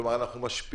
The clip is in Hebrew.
כלומר, אנחנו משפיעים